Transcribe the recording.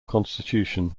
constitution